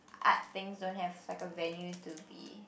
art things don't have like a venue to be